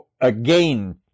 again